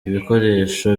ibikoresho